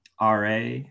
RA